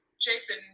Jason